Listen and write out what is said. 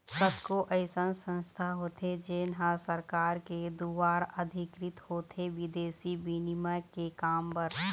कतको अइसन संस्था होथे जेन ह सरकार के दुवार अधिकृत होथे बिदेसी बिनिमय के काम बर